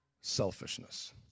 selfishness